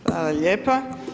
Hvala lijepa.